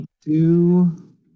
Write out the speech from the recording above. Two